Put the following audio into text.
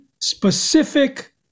specific